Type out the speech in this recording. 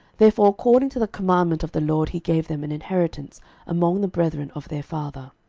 therefore according to the commandment of the lord he gave them an inheritance among the brethren of their father.